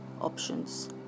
options